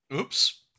Oops